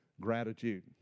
gratitude